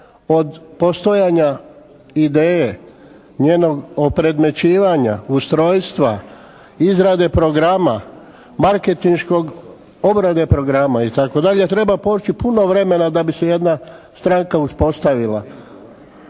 Od postojanja ideje njenog opredmećivanja, ustrojstva, izrade programa, marketinške obrade programa itd., treba proći puno vremena da bi se jedna stranka uspostavila.